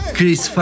Chris